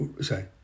say